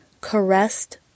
caressed